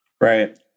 Right